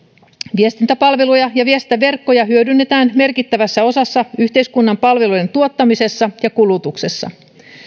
viestintäpalveluja ja viestintäverkkoja hyödynnetään merkittävässä osassa yhteiskunnan palvelujen tuottamisessa ja kulutuksessa